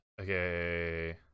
Okay